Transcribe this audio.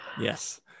Yes